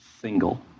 single